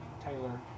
Taylor